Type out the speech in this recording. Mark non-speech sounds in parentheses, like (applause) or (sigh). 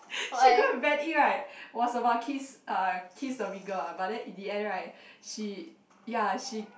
(laughs) she go and bend in right was about kiss uh kiss the mean girl ah but then in the end right she ya she